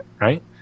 right